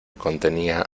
contenía